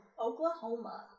Oklahoma